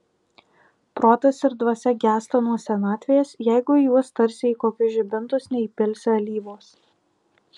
protas ir dvasia gęsta nuo senatvės jeigu į juos tarsi į kokius žibintus neįpilsi alyvos